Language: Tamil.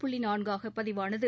புள்ளிநான்காகபதிவானது